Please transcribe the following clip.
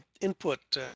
input